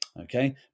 Okay